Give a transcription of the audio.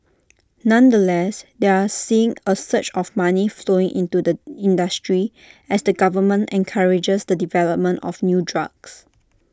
nonetheless they're seeing A surge of money flowing into the industry as the government encourages the development of new drugs